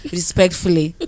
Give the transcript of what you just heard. Respectfully